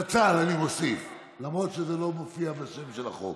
אני מוסיף זצ"ל, למרות שזה לא מופיע בשם של החוק,